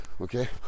okay